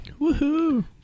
Woohoo